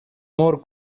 more